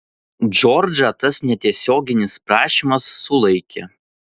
džordžą tas netiesioginis prašymas sulaikė